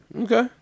okay